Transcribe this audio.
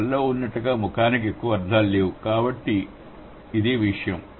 కళ్ళలో ఉన్నట్లుగా ముఖానికి ఎక్కువ అర్థాలు లేవు కాబట్టి విషయం అది